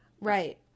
Right